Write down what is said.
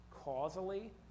causally